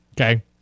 Okay